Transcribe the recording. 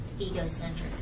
egocentric